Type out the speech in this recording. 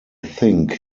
think